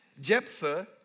Jephthah